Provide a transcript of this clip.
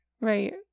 Right